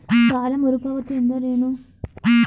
ಸಾಲ ಮರುಪಾವತಿ ಎಂದರೇನು?